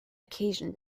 occasion